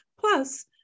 Plus